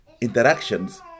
interactions